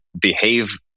behave